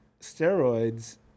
steroids